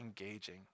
engaging